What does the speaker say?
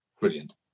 Brilliant